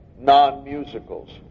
non-musicals